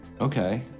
Okay